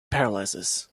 paralysis